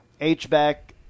H-back